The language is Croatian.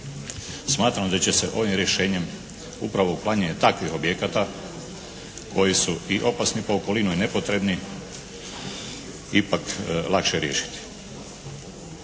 Smatram da će se ovim rješenjem upravo uklanjanje takvih objekata koji su i opasni po okolinu i nepotrebni ipak lakše riješiti.